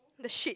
the shit